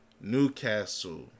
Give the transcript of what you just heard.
Newcastle